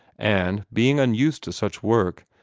and, being unused to such work,